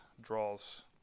draws